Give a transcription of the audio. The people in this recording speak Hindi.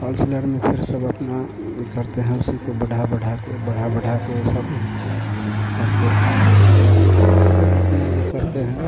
होलसेलर में फिर सब अपना वही करते हैं उसी को बढ़ा बढ़ाके बढ़ा बढ़ाके ये सब करके उसी से सब अपना ये करते हैं